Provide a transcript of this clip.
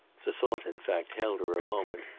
the thought in fact held her a moment.